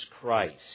Christ